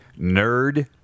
nerd